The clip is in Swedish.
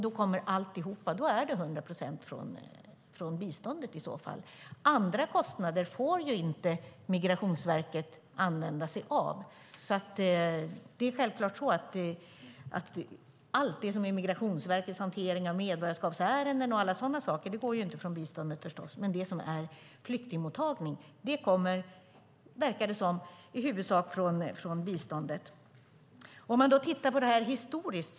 Då kommer alltihop, 100 procent, från biståndet i så fall. Migrationsverket får ju inte använda sig av andra kostnader. Det som är Migrationsverkets hantering av medborgarskapsärenden och sådana saker går förstås inte från biståndet. Men det som är flyktingmottagning verkar i huvudsak komma från biståndet. Låt oss se på det här historiskt.